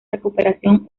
recuperación